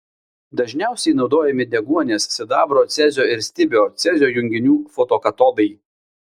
dažniausiai naudojami deguonies sidabro cezio ir stibio cezio junginių fotokatodai